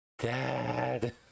Dad